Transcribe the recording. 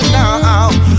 now